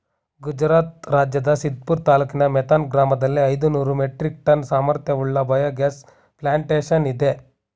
ಗುಜರಾತ್ ರಾಜ್ಯದ ಸಿದ್ಪುರ ತಾಲೂಕಿನ ಮೇಥಾನ್ ಗ್ರಾಮದಲ್ಲಿ ಐದುನೂರು ಮೆಟ್ರಿಕ್ ಟನ್ ಸಾಮರ್ಥ್ಯವುಳ್ಳ ಬಯೋಗ್ಯಾಸ್ ಪ್ಲಾಂಟೇಶನ್ ಇದೆ